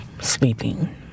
sleeping